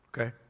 okay